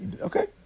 okay